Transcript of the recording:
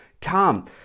come